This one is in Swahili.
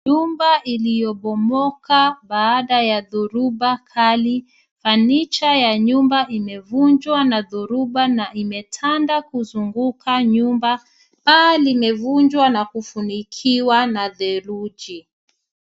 Nyumba iliyobomoka baada ya dhoruba kali, fanicha ya nyumba imevunjwa na dhoruba na imetanda kuzunguka nyumba, paa limevunjwa na kufunikiwa na theluji.